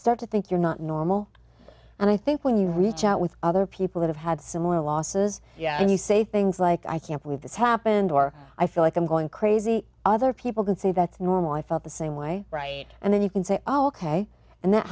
start to think you're not normal and i think when you reach out with other people who have had similar losses yeah and you say things like i can't believe this happened or i feel like i'm going crazy other people can say that's normal i felt the same way right and then you can say ok and that